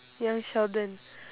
young sheldon